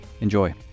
enjoy